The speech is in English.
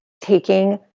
taking